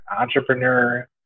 entrepreneur